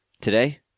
today